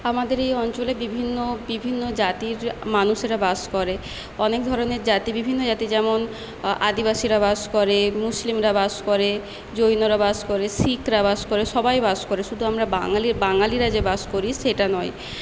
আমাদের এই অঞ্চলে বিভিন্ন বিভিন্ন জাতির মানুষেরা বাস করে অনেক ধরনের জাতি বিভিন্ন জাতি যেমন আদিবাসীরা বাস করে মুসলিমরা বাস করে জৈনরা বাস করে শিখরা বাস করে সবাই বাস করে শুধু আমরা বাঙালি বাঙালিরা যে বাস করি সেটা নয়